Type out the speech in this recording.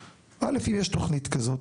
א', יש תוכנית כזאת,